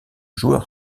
joueur